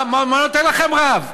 מה נותן לכם רב?